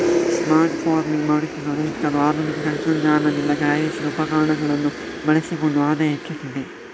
smart farming ಮಾಡುತ್ತಿರುವ ರೈತರು ಆಧುನಿಕ ತಂತ್ರಜ್ಞಾನದಿಂದ ತಯಾರಿಸಿದ ಉಪಕರಣಗಳನ್ನು ಬಳಸಿಕೊಂಡು ಆದಾಯ ಹೆಚ್ಚುತ್ತಿದೆ